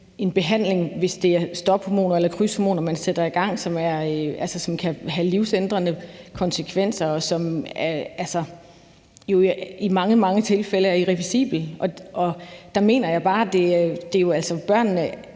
her er det, hvis det er stophormoner eller krydshormoner, man sætter i gang, en behandling, som kan have livsændrende konsekvenser, og som jo i mange, mange tilfælde er irreversibel. Der mener jeg bare, at børnene